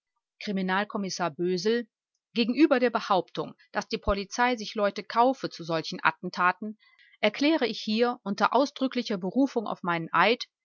kriminalkommissar bösel gegenüber der behauptung daß die polizei sich leute kaufe zu solchen attentaten erkläre ich hier unter ausdrücklicher berufung auf meinen eid